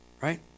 Right